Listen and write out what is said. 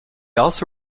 also